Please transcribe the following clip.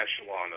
echelon